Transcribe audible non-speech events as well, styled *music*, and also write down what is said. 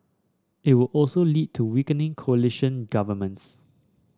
it would also lead to *unintelligible* coalition governments